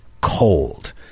cold